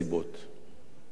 כשהלכתם לשלום